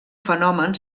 fenomen